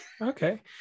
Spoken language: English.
Okay